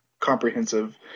Comprehensive